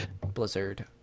Blizzard